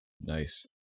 Nice